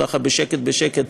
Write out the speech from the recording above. ככה בשקט בשקט,